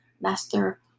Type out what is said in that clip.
Master